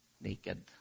naked